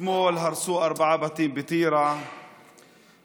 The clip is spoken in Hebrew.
אתמול הרסו ארבעה בתים בטירה והיום